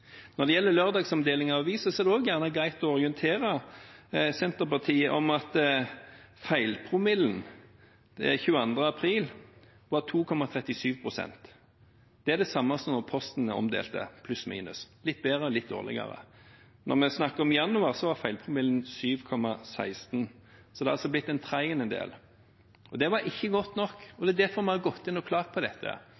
Når det gjelder lørdagsomdeling av aviser, er det også greit å orientere Senterpartiet om at feilpromillen 22. april var 2,37. Det er det samme som da Posten omdelte – pluss minus, litt bedre, litt dårligere. Når vi snakker om januar, var feilpromillen 7,16 – det har altså blitt en tredjedel av det det var. Det var ikke godt nok, og